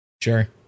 Sure